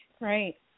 Right